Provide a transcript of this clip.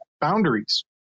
boundaries